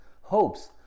hopes